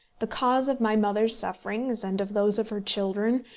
the cause of my mother's sufferings, and of those of her children,